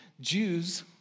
Jews